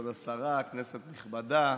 כבוד השרה, כנסת הנכבדה,